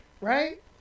Right